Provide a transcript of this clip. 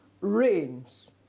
Rains